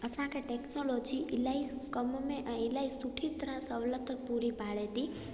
असांखे टेक्नोलॉजी इलाही कमु में ऐं इलाही सुठी तरह सहूलियत पूरी पाड़े थी